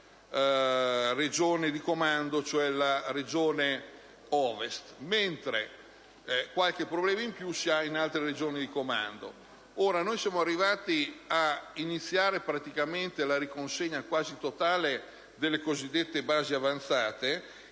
iniziare la riconsegna quasi totale delle cosiddette basi avanzate,